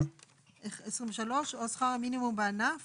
סעיף 5 בצו ההרחבה בענף